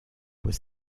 was